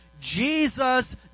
Jesus